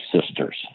Sisters